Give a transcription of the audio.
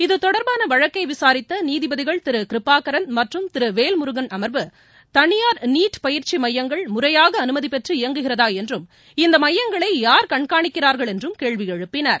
இதுதொடர்பான வழக்கை விசாரித்த நீதிபதிகள் திரு கிருபாகரன் மற்றும் திரு வேல்முருகன் அமர்வு தனியார் நீட் பயிற்சி மையங்கள் முறையாக அனுமதி பெற்று இயங்குகிறதா என்றும் இந்த மையங்களை யார் கண்காணிக்கிறார்கள் என்றும் கேள்வி எழுப்பினர்